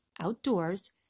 outdoors